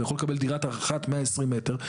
והוא יכול לקבל דירה אחת של 120 מ"ר,